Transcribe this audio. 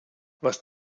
was